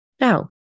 Now